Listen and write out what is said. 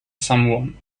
someone